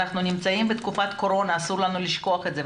אנחנו נמצאים בתקופת קורונה ואסור לנו לשכוח את זה,